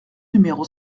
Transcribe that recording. numéro